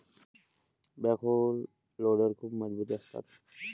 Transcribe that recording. backhoe loader खूप मजबूत असतात